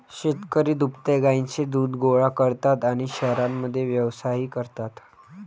शेतकरी दुभत्या गायींचे दूध गोळा करतात आणि शहरांमध्ये व्यवसायही करतात